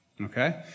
Okay